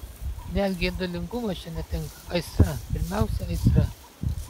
net geidulingumas čia netinka aistra pirmiausia aistra